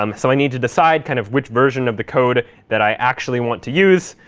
um so i need to decide kind of which version of the code that i actually want to use.